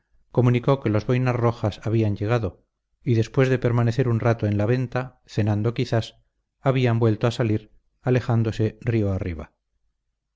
comunicó que los boinas rojas habían llegado y después de permanecer un rato en la venta cenando quizás habían vuelto a salir alejándose río arriba